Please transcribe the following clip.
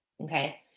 okay